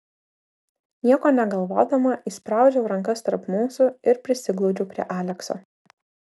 nieko negalvodama įspraudžiau rankas tarp mūsų ir prisiglaudžiau prie alekso